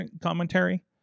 commentary